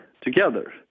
together